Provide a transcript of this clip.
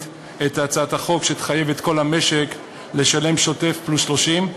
את הצעת החוק שתחייב את כל המשק לשלם שוטף פלוס 30,